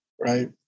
right